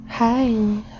hi